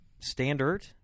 Standard